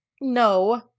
no